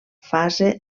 fase